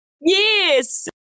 Yes